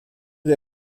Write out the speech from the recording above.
wir